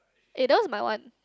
eh that one's my one